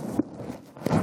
תודה